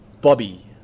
Bobby